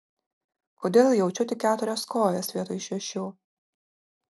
kodėl jaučiu tik keturias kojas vietoj šešių